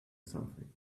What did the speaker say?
something